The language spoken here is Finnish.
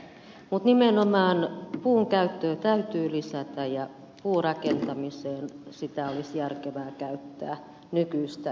mutta nimenomaan puun käyttöä täytyy lisätä ja puurakentamiseen sitä olisi järkevää käyttää nykyistä enemmän